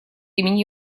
имени